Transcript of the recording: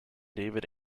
david